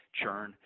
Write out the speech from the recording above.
churn